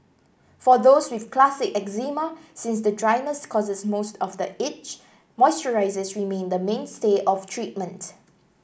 for those with classic eczema since the dryness causes most of the itch moisturisers remain the mainstay of treatment